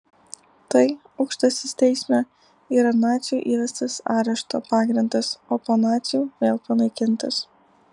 tai aukštasis teisme yra nacių įvestas arešto pagrindas o po nacių vėl panaikintas